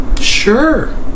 Sure